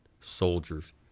soldiers